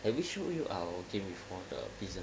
I will show you our game with water pieces